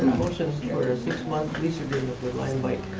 motion for six month lease agreement with limebike.